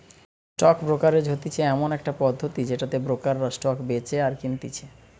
stock brokerage হতিছে এমন একটা পদ্ধতি যেটাতে ব্রোকাররা স্টক বেচে আর কিনতেছে